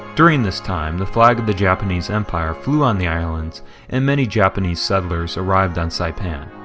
during this time, the flag of the japanese empire flew on the islands and many japanese settlers arrived on saipan.